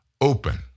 open